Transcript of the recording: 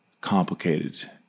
complicated